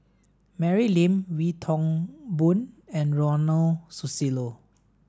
Mary Lim Wee Toon Boon and Ronald Susilo